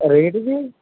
rate ਜੀ